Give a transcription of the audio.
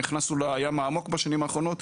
נכנסנו לים העמוק בשנים האחרונות,